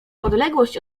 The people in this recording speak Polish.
odległość